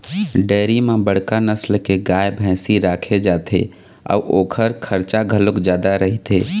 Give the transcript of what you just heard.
dairy म बड़का नसल के गाय, भइसी राखे जाथे अउ ओखर खरचा घलोक जादा रहिथे